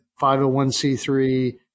501c3